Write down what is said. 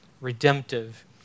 redemptive